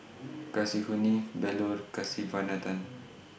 Kasinadhuni Bellur Kasiviswanathan